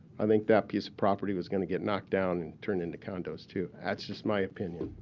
i think that piece of property was going to get knocked down and turned into condos, too. that's just my opinion.